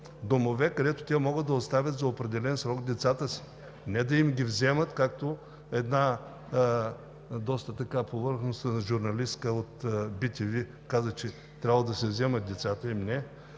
„дом“, където те могат да оставят за определен срок децата си. Не да им ги вземат, както една доста повърхностна журналистка от bTV каза, че трябвало да се вземат децата им.